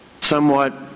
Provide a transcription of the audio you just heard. somewhat